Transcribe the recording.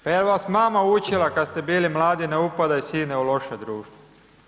Pa jel vas mama u čila kada ste bili mladi ne upadaj sine u loše društvo?